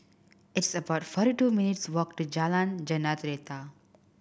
it's about forty two minutes' walk to Jalan Jentera